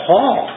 Paul